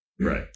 right